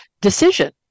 decision